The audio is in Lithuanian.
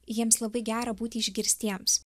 jiems labai gera būti išgirstiems